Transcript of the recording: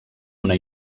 una